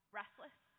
restless